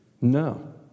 No